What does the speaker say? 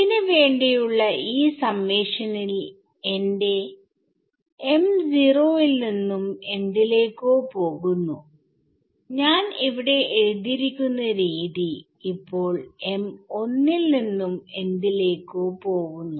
ന് വേണ്ടിയുള്ള ഈ സമ്മേഷനിൽ എന്റെ m 0 യിൽ നിന്നും എന്തിലേക്കോ പോകുന്നുഞാൻ ഇവിടെ എഴുതിയിരിക്കുന്ന രീതി ഇപ്പോൾ m 1 ൽ നിന്നും എന്തിലേക്കോ പോവുന്നു